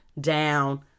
down